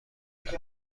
کرد